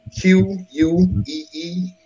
Q-U-E-E